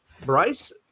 Bryce